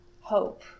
hope